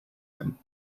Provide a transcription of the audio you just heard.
him